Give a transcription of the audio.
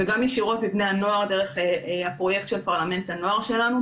וגם ישירות מבני הנוער דרך הפרויקט של פרלמנט הנוער שלנו,